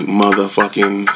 motherfucking